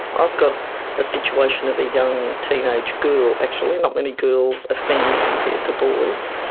i've got a situation of a young teenage girl actually, not many girls offend compared to boys.